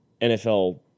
NFL